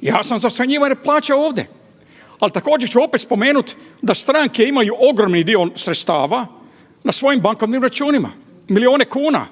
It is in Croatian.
Ja sam za smanjivanje plaće ovdje, ali također ću opet spomenut da stranke imaju ogromni dio sredstava na svojim bankovnim računima, milijune kuna